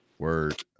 word